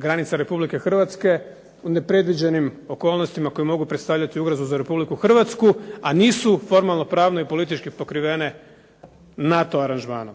granica Republike Hrvatske u nepredviđenim okolnostima koje mogu predstaviti ugrozu za Republiku Hrvatsku, a nisu formalnopravno i politički pokrivene NATO aranžmanom.